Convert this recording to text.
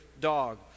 dog